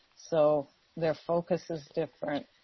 so their focus is different,